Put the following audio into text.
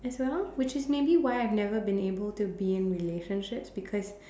as well which is maybe why I've never been able to be in relationships because